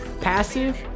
passive